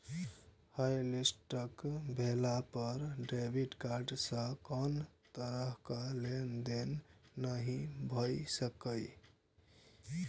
hotlist भेला पर debit card सं कोनो तरहक लेनदेन नहि भए सकैए